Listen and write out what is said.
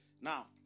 Now